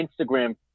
Instagram